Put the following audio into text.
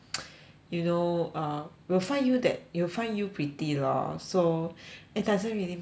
you know uh will find you that you will find you pretty lor so it doesn't really matter